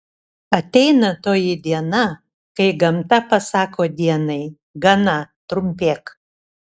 ateina toji diena kai gamta pasako dienai gana trumpėk